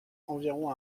environ